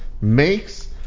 makes